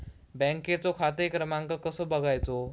बँकेचो खाते क्रमांक कसो बगायचो?